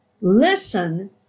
Listen